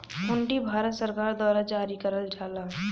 हुंडी भारत सरकार द्वारा जारी करल जाला